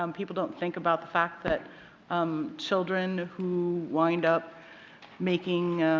um people don't think about the fact that um children who wind up making,